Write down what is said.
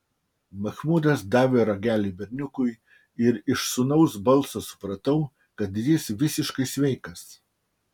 machmudas davė ragelį berniukui ir iš sūnaus balso supratau kad jis visiškai sveikas